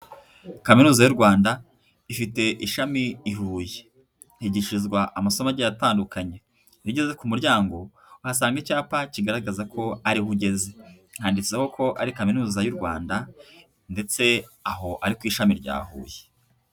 Kaminuza y'u Rwanda ifite ishami i Huye, higishirizwa amasomo agiye atandukanye. Iyo ugeze ku muryango uhasanga icyapa kigaragaza ko ariho ugeze, handitseho ko ari kaminuza y'u Rwanda ndetse aho ari ku ishami rya Huye.